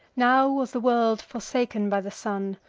now was the world forsaken by the sun,